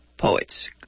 Poets